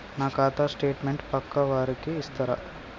నా ఖాతా స్టేట్మెంట్ పక్కా వారికి ఇస్తరా?